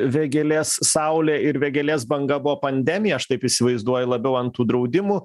vėgėlės saulė ir vėgėlės banga buvo pandemija aš taip įsivaizduoju labiau ant tų draudimų